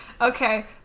Okay